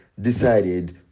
decided